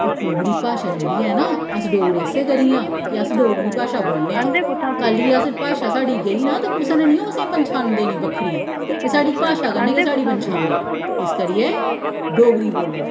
पर डोगरी भाशा जेह्ड़ी ऐ नां अस डोगरे इस्सै करियै आं के अस डोगरी भाशा बोलने आं कल्ल गी अस भाशा साढ़ी गेई नां ते कुसै निं ओ असें ई पन्छान देनी बक्खरी एह् साढ़ी भाशा कन्नै गै साढ़ी पन्छान ऐ इस करियै डोगरी बोल्लो